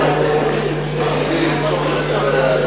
את